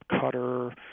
cutter